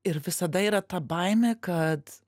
ir visada yra ta baimė kad